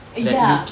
ya